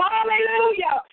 Hallelujah